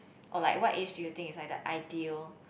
or like what age do you think is like the ideal